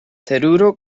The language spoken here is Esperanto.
teruro